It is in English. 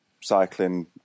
cycling